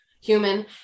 human